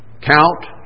count